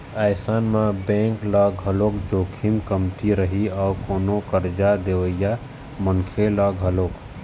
अइसन म बेंक ल घलोक जोखिम कमती रही अउ कोनो करजा देवइया मनखे ल घलोक